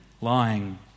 lying